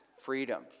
freedom